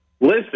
Listen